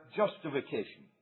justification